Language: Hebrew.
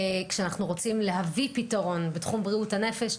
כשאנחנו רוצים להביא פיתרון בתחום בריאות הנפש,